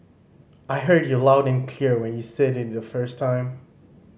I heard you loud and clear when you said it the first time